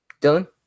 Dylan